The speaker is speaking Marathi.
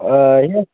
आ हे